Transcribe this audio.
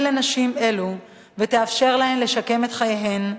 לנשים אלה ותאפשר להן לשקם את חייהן.